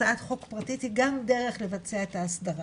הצעת חוק פרטית היא גם דרך לבצע את ההסדרה